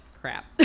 crap